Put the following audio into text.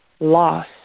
loss